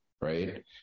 right